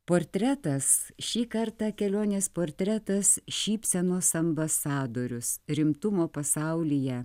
portretas šį kartą kelionės portretas šypsenos ambasadorius rimtumo pasaulyje